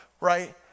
Right